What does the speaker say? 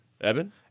Evan